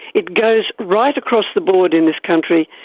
it goes right across the board in this country,